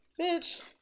Bitch